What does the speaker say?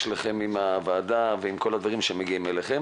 לכם עם הוועדה ועם כל הדברים שמגיעים אליכם,